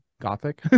gothic